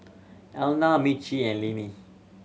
Elna Mitch and Lenny